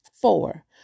four